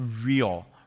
real